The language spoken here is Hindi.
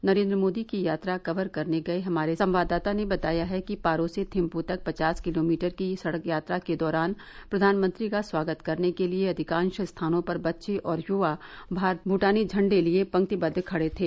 नरेन्द्र मोदी की यात्रा कवर करने गए हमारे संवाददाता ने बताया है कि पारो से थिम्पू तक पचास किलोमीटर की सड़क यात्रा के दौरान प्रधानमंत्री का स्वागत करने के लिए अधिकांश स्थानों पर बच्चे और युवा भारतीय और भूटानी इंडे लिए पंक्तिबद्व खड़े थे